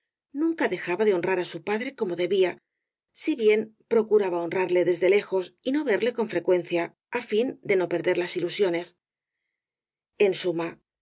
nunca dejaba de hon rar á su padre como debía si bien procuraba hon rarle desde lejos y no verle con frecuencia á fin de no perder las ilusiones en suma